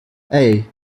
hey